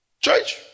church